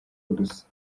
gusa